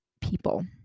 people